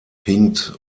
hinkt